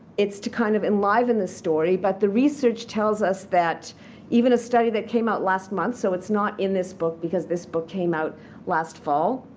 it's to kind of enliven in the story. but the research tells us that even a study that came out last month so it's not in this book because this book came out last fall.